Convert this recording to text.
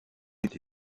été